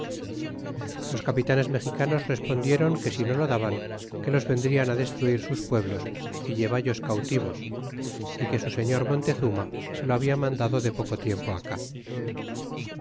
los capitanes mexicanos r espondieron que si no lo daban que los vendrian destruir sus pueblos y llevallos cautivos y que su señ or mon tezuma se lo habia mandado de poco tiempo acá